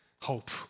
hope